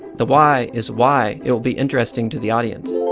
the y is why it will be interesting to the audience.